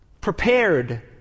prepared